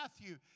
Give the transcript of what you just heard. Matthew